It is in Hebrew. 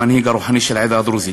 המנהיג הרוחני של העדה הדרוזית.